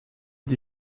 die